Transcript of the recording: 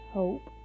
hope